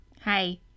Hi